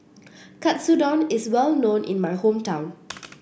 Katsudon is well known in my hometown